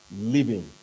living